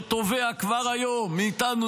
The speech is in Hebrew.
שתובע כבר היום מאיתנו,